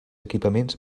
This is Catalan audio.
equipaments